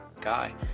guy